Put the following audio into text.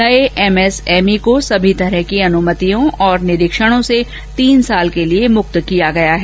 नए एमएसएमई को सभी तरह की अनुमतियों और निरीक्षणों से तीन साल के लिए मुक्त कियाँ गया है